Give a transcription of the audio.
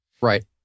right